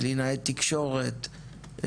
קלינאי תקשורת,